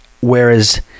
whereas